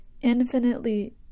infinitely